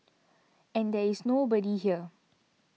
and there is nobody here